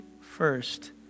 first